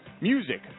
music